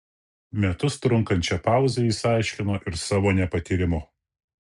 metus trunkančią pauzę jis aiškino ir savo nepatyrimu